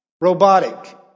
robotic